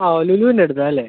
ഓ ലുലൂൻ്റെ അടുത്താണ് അല്ലേ